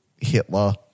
Hitler